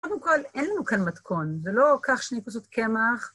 קודם כול אין לנו כאן מתכון, זה לא קל שתי כוסות קמח.